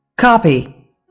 copy